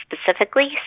specifically